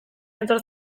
etor